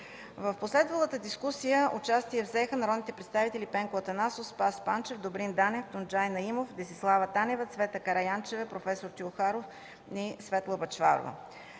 В последвалата дискусия участие взеха народните представители Пенко Атанасов, Спас Панчев, Добрин Данев, Тунджай Наимов, Десислава Танева, Цвета Караянчева, проф. Теохаров и Светла Бъчварова.